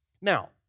Now